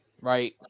right